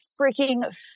freaking